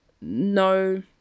no